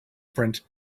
print